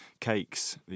cakes